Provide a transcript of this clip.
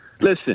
listen